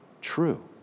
true